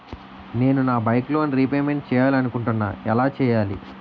నేను నా bike loan repayment చేయాలనుకుంటున్నా ఎలా చేయాలి?